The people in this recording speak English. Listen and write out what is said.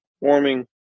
warming